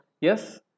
yes